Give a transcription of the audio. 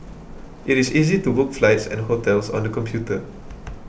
it is easy to book flights and hotels on the computer